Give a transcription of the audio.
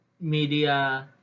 media